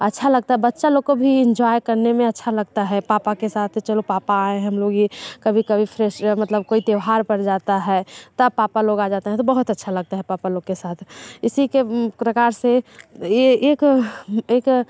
अच्छा लगता है बच्चा लोग को भी इन्जॉय करने में अच्छा लगता है पापा के साथ चलो पापा आए हैं हम लोग ये कभी कभी फ्रेश मतलब कोई त्योहार पड़ जाता है तब पापा लोग आ जाते हैं तो बहुत अच्छा लगता है पापा लोग के साथ इसी के प्रकार से ये एक एक